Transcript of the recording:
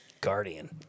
guardian